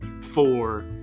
four